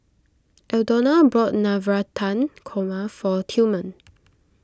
Aldona bought Navratan Korma for Tillman